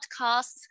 podcasts